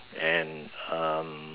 and um